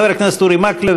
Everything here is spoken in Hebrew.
חבר הכנסת אורי מקלב,